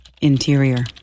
interior